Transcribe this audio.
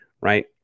Right